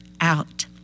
out